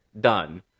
Done